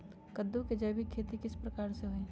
कददु के जैविक खेती किस प्रकार से होई?